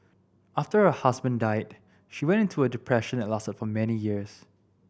after her husband died she went into a depression that lasted for many years